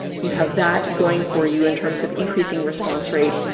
you have that going for you in terms of increasing response rate.